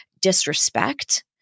disrespect